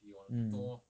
mm